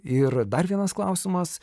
ir dar vienas klausimas